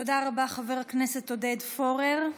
תודה רבה, חבר הכנסת עודד פורר.